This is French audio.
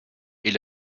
est